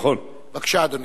בבקשה, אדוני,